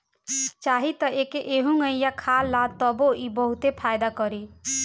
चाही त एके एहुंगईया खा ल तबो इ बहुते फायदा करी